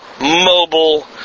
mobile